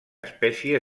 espècie